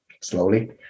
slowly